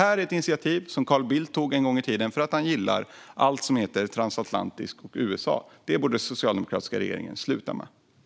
Carl Bildt tog detta initiativ en gång i tiden för att han gillar allt som heter transatlantiskt och USA. Den socialdemokratiska regeringen borde sluta med detta.